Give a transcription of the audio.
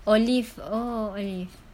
oliv~ oh olive